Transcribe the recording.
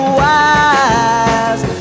wise